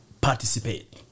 participate